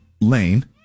lane